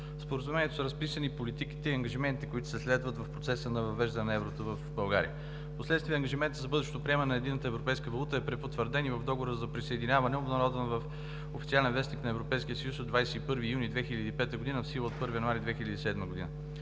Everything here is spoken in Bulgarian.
Споразумението са разписани политиките и ангажиментите, които се следват в процеса на въвеждане на еврото в България. Впоследствие ангажиментът за бъдещото приемане на единната европейска валута е препотвърден и в договора за присъединяване, обнародван в Официалния вестник на Европейския съюз от 21 юни 2005 г., в сила от 1 януари 2007 г.